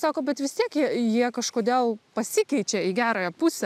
sako bet vis tiek jie jie kažkodėl pasikeičia į gerąją pusę